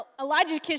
Elijah